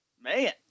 Man